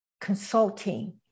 consulting